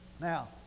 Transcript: Now